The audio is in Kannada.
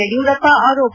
ಯಡಿಯೂರಪ್ಪ ಆರೋಪ